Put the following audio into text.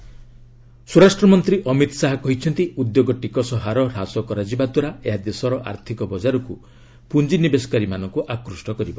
Amit Shah corporate tax ସ୍ୱରାଷ୍ଟ୍ରମନ୍ତ୍ରୀ ଅମିତ ଶାହା କହିଛନ୍ତି ଉଦ୍ୟୋଗ ଟିକସହାର ହ୍ରାସ କରାଯିବା ଦ୍ୱାରା ଏହା ଦେଶର ଆର୍ଥିକ ବଜାରକୁ ପୁଞ୍ଜିନିବେଶକାରୀମାନଙ୍କୁ ଆକୁଷ୍ଟ କରିବ